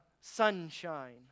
sunshine